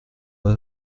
loi